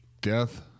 death